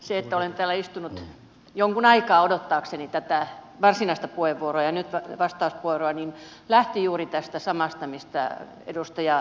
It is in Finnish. se että olen täällä istunut jonkun aikaa odottaakseni varsinaista puheenvuoroa ja nyt vastausvuoroa lähti juuri tästä samasta mistä edustaja virtanen puhui